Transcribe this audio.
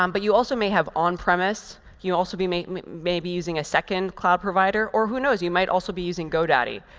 um but you also may have on-premise. you also may may be using a second cloud provider. or who knows? you might also be using godaddy.